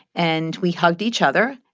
and we hugged each other.